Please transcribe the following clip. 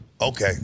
Okay